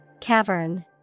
Cavern